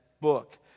book